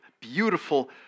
beautiful